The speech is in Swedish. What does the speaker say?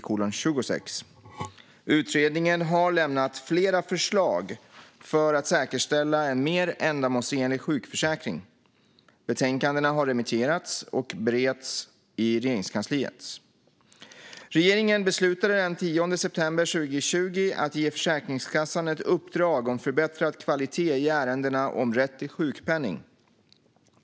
Utredningen har lämnat flera förslag för att säkerställa en mer ändamålsenlig sjukförsäkring. Betänkandena har remitterats och bereds i Regeringskansliet. Regeringen beslutade den 10 september 2020 att ge Försäkringskassan ett uppdrag om förbättrad kvalitet i ärenden om rätt till sjukpenning.